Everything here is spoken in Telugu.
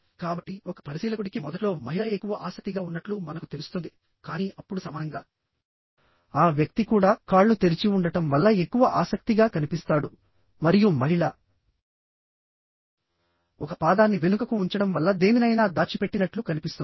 కాబట్టి ఒక పరిశీలకుడికి మొదట్లో మహిళ ఎక్కువ ఆసక్తిగా ఉన్నట్లు మనకు తెలుస్తుంది కానీ అప్పుడు సమానంగా ఆ వ్యక్తి కూడా కాళ్ళు తెరిచి ఉండటం వల్ల ఎక్కువ ఆసక్తిగా కనిపిస్తాడు మరియు మహిళ ఒక పాదాన్ని వెనుకకు ఉంచడం వల్ల దేనినైనా దాచిపెట్టినట్లు కనిపిస్తుంది